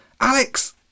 Alex